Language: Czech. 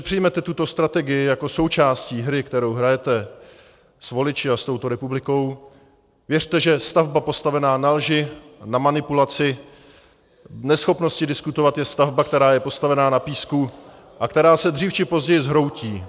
Jestliže přijmete tuto strategii jako součást hry, kterou hrajete s voliči a s touto republikou, věřte, že stavba postavená na lži, na manipulaci, neschopnosti diskutovat je stavba, která je postavena na písku a která se dřív či později zhroutí.